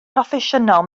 proffesiynol